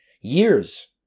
years